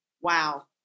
Wow